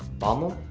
bommel?